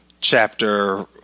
Chapter